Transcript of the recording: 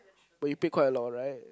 but you play quite a lot right